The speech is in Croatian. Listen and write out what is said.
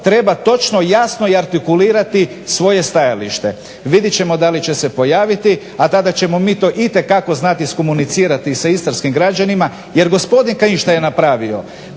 treba točno jasno artikulirati svoje stajalište. Vidjet ćemo da li će se pojaviti, a tada ćemo mi to itekako znati iskomunicirati i sa istarskim građanima. Jer gospodin Kajin šta je napravio